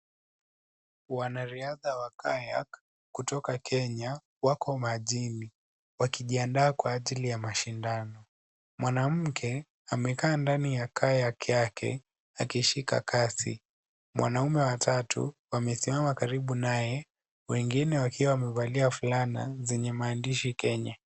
Wanariadha wa car yark kutoka Kenya, wako majini wakijiandaa kwa ajili ya mashindano. Mwanamke, amekaa ndani ya car yark yake akishika kasi. Mwanaume wa tatu amesimama karibu naye na wengine wakiwa wamevalia fulana zenye maandishi Kenya.